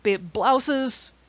Blouses